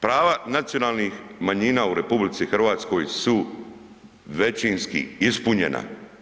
Prava nacionalnih manjina u RH su većinski ispunjena.